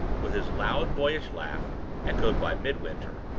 with his loud boyish laugh echoed by midwinter,